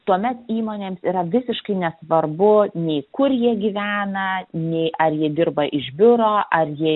tuomet įmonėms yra visiškai nesvarbu nei kur jie gyvena nei ar jie dirba iš biuro ar jie